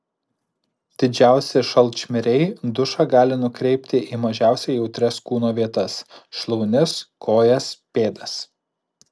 didžiausi šalčmiriai dušą gali nukreipti į mažiausiai jautrias kūno vietas šlaunis kojas pėdas